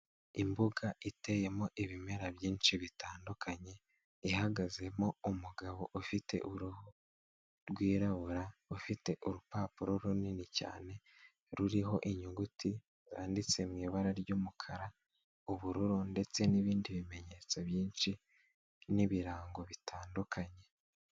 Imbuga iteyemo ibimera byinshi bitandukanye ihagazemo umugabo ufite uruhu rwirabura, ufite urupapuro runini cyane ruriho inyuguti zanditse mu ibara ry'umukara, ubururu ndetse n'ibindi bimenyetso byinshi n'ibirango bitandukanye.